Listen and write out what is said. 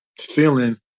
feeling